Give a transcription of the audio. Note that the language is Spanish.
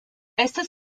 estas